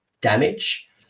damage